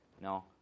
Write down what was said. No